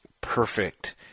perfect